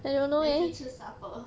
then 就吃 supper